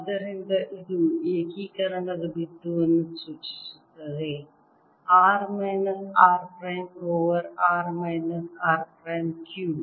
ಆದ್ದರಿಂದ ಇದು ಏಕೀಕರಣದ ಬಿಂದುವನ್ನು ಸೂಚಿಸುತ್ತದೆ r minus r prime over r minus r prime cube